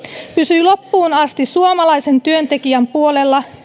pysyi loppuun asti suomalaisen työntekijän puolella